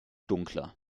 dunkler